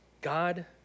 God